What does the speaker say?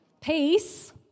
Peace